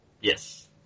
Yes